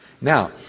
Now